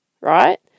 Right